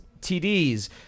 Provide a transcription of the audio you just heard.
TDs